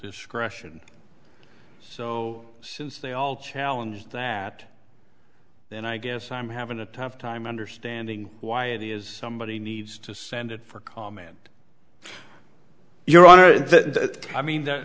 discretion so since they all challenge that then i guess i'm having a tough time understanding why it is somebody needs to send it for comment your honor that i mean th